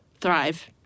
thrive